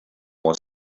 more